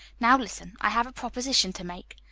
now listen i have a proposition to make.